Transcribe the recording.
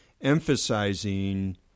emphasizing